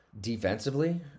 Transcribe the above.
Defensively